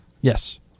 Yes